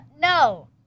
no